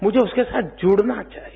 मुझे उसके साथ जुड़ना चाहिए